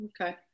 Okay